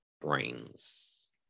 brains